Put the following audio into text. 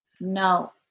No